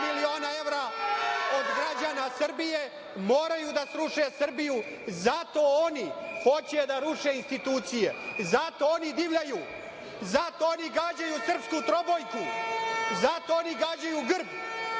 miliona evra od građana Srbije moraju da sruše Srbiju zato oni hoće da ruše institucije i zato oni divljaju, zato oni gađaju srpsku trobojku, zato oni gađaju grb,